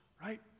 right